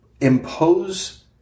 impose